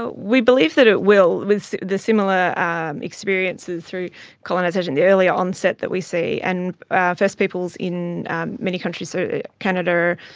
but we believe that it will. the similar experiences through colonisation, the earlier onset that we see, and first peoples in many countries, so canada,